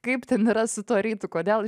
kaip ten yra su tuo rytu kodėl